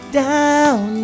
down